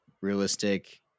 realistic